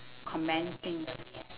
comment things